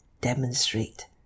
demonstrate